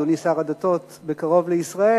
אדוני שר הדתות, בקרוב לישראל.